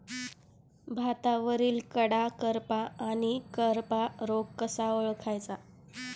भातावरील कडा करपा आणि करपा रोग कसा ओळखायचा?